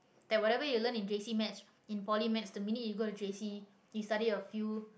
like whatever you learn in J_C maths in Poly maths the minute you go to J_C you study a few